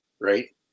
right